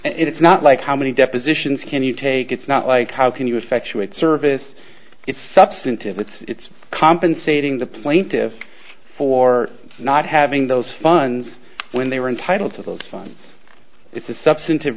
procedure it's not like how many depositions can you take it's not like how can you effectuate service it's substantive it's compensating the plaintiffs for not having those funds when they were entitled to those funds it's a substantive